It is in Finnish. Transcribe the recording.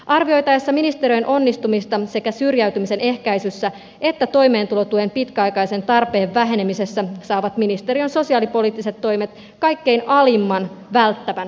arvioitaessa ministeriön onnistumista sekä syrjäytymisen ehkäisyssä että toimeentulotuen pitkäaikaisen tarpeen vähenemisessä saavat ministeriön sosiaalipoliittiset toimet kaikkein alimman välttävän arvosanan